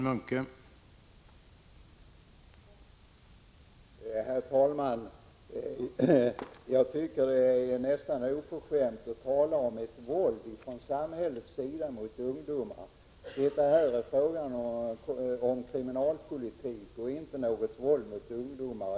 Herr talman! Jag tycker att det är nästan oförskämt att tala om våld från samhällets sida mot ungdomar. Det är här fråga om kriminalpolitik och inte om något våld mot ungdomar.